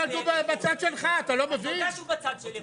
זו קפיצה מאוד משמעותית,